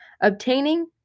obtaining